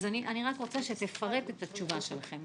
עכשיו אני רוצה שתפרט את התשובה שלכם.